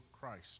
Christ